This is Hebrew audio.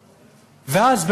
ואז,